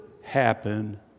happen